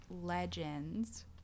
legends